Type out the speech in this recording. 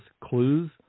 clues